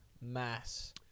Mass